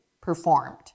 performed